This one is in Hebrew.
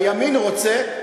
הימין רוצה,